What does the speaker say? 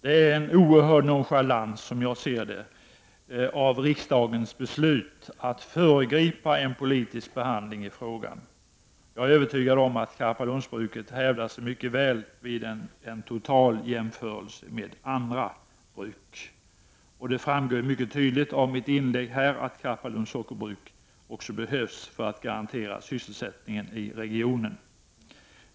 Det innebär en oerhörd nonchalans av riksdagens beslut att föregripa den politiska behandlingen av frågan. Jag är övertygad om att Karpalundsbruket hävdar sig mycket väl vid en total jämförelse med andra bruk. Det framgår mycket tydligt av mitt inlägg att Karpalunds sockerbruk behövs för att garantera sysselsättningen i regionen.